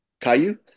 Caillou